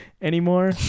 anymore